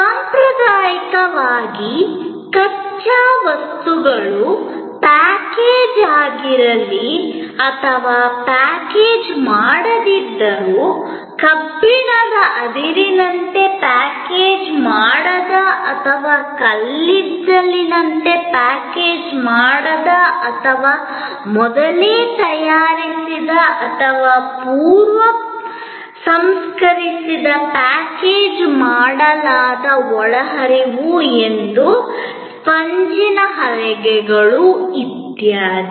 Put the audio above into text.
ಸಾಂಪ್ರದಾಯಿಕವಾಗಿ ಕಚ್ಚಾ ವಸ್ತುಗಳು ಪ್ಯಾಕೇಜ್ ಆಗಿರಲಿ ಅಥವಾ ಪ್ಯಾಕೇಜ್ ಮಾಡದಿದ್ದರೂ ಕಬ್ಬಿಣದ ಅದಿರಿನಂತೆ ಪ್ಯಾಕೇಜ್ ಮಾಡದ ಅಥವಾ ಕಲ್ಲಿದ್ದಲಿನಂತೆ ಪ್ಯಾಕೇಜ್ ಮಾಡದ ಅಥವಾ ಮೊದಲೇ ತಯಾರಿಸಿದ ಅಥವಾ ಪೂರ್ವ ಸಂಸ್ಕರಿಸಿದ ಪ್ಯಾಕೇಜ್ ಮಾಡಲಾದ ಒಳಹರಿವು ಒಂದು ಸ್ಪಂಜಿನ ಹಲಗೆಗಳು ಇತ್ಯಾದಿ